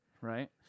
Right